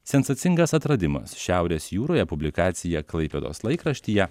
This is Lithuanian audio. sensacingas atradimas šiaurės jūroje publikacija klaipėdos laikraštyje